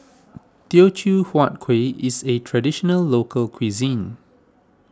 Teochew Huat Kueh is a Traditional Local Cuisine